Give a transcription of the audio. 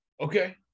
Okay